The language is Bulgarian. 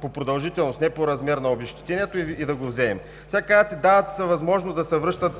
по продължителност, не по размер на обезщетението, и да го вземем. Сега казвате: дава им се възможност да се връщат